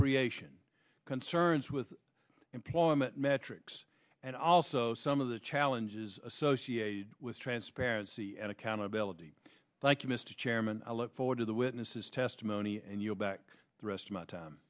creation concerns with employment metrics and also some of the challenges associated with transparency and accountability thank you mr chairman i look forward to the witness's testimony and you'll back the rest of my time